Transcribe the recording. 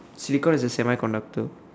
silicon is a semiconductor